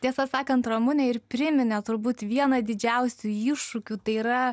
tiesą sakant ramunė ir priminė turbūt vieną didžiausių iššūkių tai yra